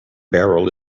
barrel